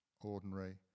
ordinary